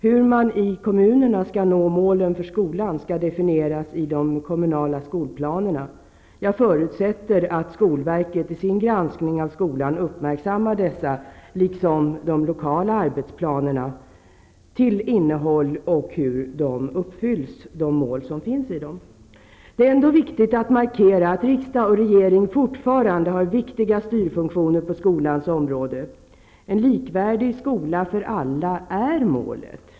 Hur man i kommunerna skall nå målen för skolan skall definieras i de kommunala skolplanerna. Jag förutsätter att skolverket i sin granskning av skolan uppmärksammar innehållet i dessa, liksom i de lokala arbetsplanerna, och hur de mål som finns i dem uppfylls. Det är ändå viktigt att markera att riksdag och regering fortfarande har viktiga styrfunktioner på skolans område. En likvärdig skola för alla är målet.